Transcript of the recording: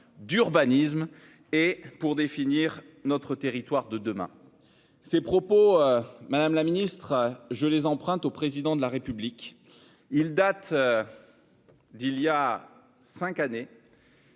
d'urbanisme et pour définir notre territoire de demain. » Ces propos, madame la ministre, je les emprunte au Président de la République. Ils datent d'il y a cinq ans.